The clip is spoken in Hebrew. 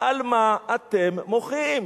על מה אתם מוחים?